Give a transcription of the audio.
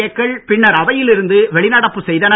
ஏக்கள் பின்னர் அவையில் இருந்து வெளிநடப்பு செய்தனர்